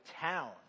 town